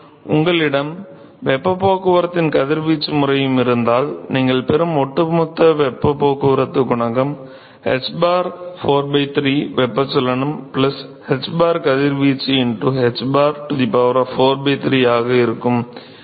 உங்களிடம் வெப்பப் போக்குவரத்தின் கதிர்வீச்சு முறையும் இருந்தால் நீங்கள் பெறும் ஒட்டுமொத்த வெப்பப் போக்குவரத்து குணகம் hbar 4 3 வெப்பச்சலனம் hbar கதிர்வீச்சு hbar 43 ஆக இருக்கும்